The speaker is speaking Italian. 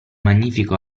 magnifico